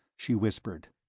she whispered.